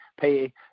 pay